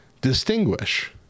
distinguish